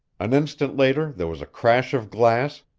an instant later there was a crash of glass,